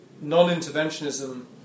non-interventionism